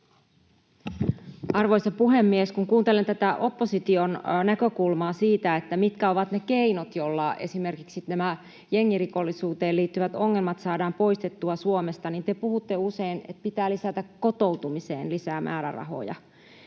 Arvoisa puhemies! Kun kuuntelen tätä opposition näkökulmaa siitä, mitkä ovat ne keinot, joilla esimerkiksi nämä jengirikollisuuteen liittyvät ongelmat saadaan poistettua Suomesta, niin te puhutte usein, että pitää lisätä kotoutumiseen määrärahoja.